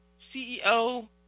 CEO